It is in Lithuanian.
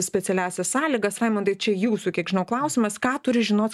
specialiąsias sąlygas raimundai čia jūsų kiek žinau klausimas ką turi žinot